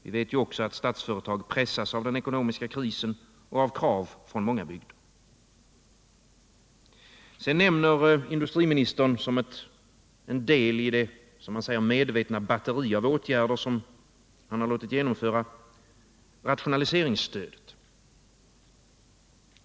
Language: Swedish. Vi vet också att statsföretag pressas av den ekonomiska krisen och av krav från många bygder. Sedan nämner industriministern som en del i det — som han säger — medvetna batteri av åtgärder han har låtit genomföra rationaliseringsstödet.